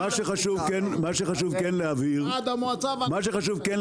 מה שכן חשוב להבהיר,